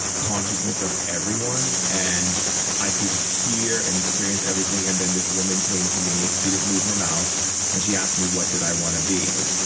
consciousness of everyone. and i could hear and experience everything. and then, this woman came to me. she didn't move her mouth and she asked me what did i want to be?